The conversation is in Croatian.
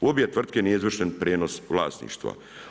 U obje tvrtke nije izvršen prijenos vlasništva.